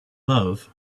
love